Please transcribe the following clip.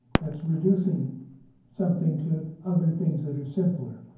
that's reducing something to other things that are simpler.